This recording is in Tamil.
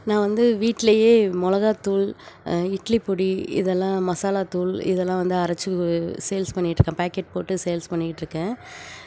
நான் வந்து வீட்டிலேயே மிளகாத்தூள் இட்லிப்பொடி இதெல்லாம் மசாலாத்தூள் இதெல்லாம் வந்து அரைச்சு சேல்ஸ் பண்ணிக்கிட்டு இருக்கேன் பாக்கெட் போட்டு சேல்ஸ் பண்ணிக்கிட்டு இருக்கேன்